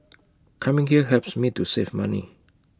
coming here helps me to save money